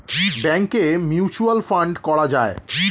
ব্যাংকে mutual fund করা যায়